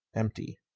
empty.